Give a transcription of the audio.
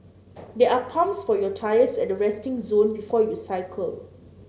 there are pumps for your tyres at the resting zone before you cycle